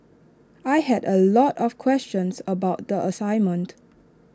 I had A lot of questions about the assignment